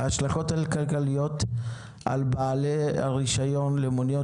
ההשלכות הכלכליות על בעלי הרישיון למוניות